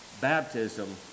baptism